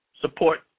support